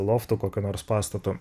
lofto kokio nors pastato